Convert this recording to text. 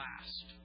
last